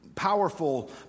powerful